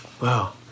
Wow